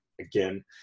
Again